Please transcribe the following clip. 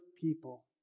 people